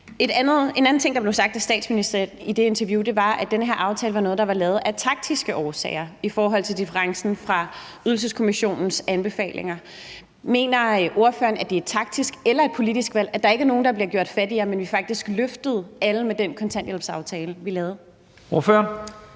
En anden ting, der blev sagt af statsministeren i det interview, var, at den her aftale var noget, der var lavet af taktiske årsager i forhold til differencen fra Ydelseskommissionens anbefalinger. Mener ordføreren, at det er et taktisk eller et politisk valg, at der ikke er nogen, der blev gjort fattigere, men at vi faktisk løftede alle med den kontanthjælpsaftale, vi lavede? Kl.